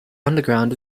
underground